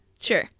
Sure